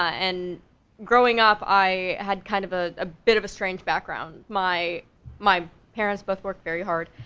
and growing up, i had kind of a, a bit of a strange background, my my parents both worked very hard,